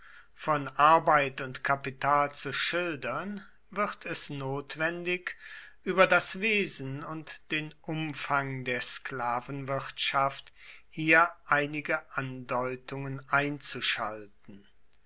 von arbeit und kapital zu schildern wird es notwendig über das wesen und den umfang der sklavenwirtschaft hier einige andeutungen einzuschalten